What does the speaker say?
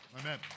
Amen